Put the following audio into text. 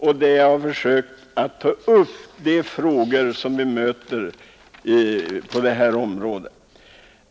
Där har jag försökt ange de svårigheter vi möter på detta område.